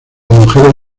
mujeres